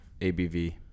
ABV